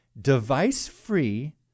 device-free